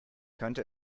könnte